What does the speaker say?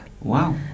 Wow